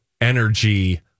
energy